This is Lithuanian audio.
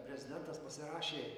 prezidentas pasirašė